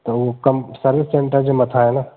त हूअ कं सर्विस सेंटर जे मथां आहे न